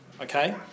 Okay